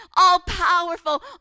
all-powerful